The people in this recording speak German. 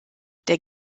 der